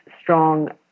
strong